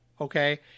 Okay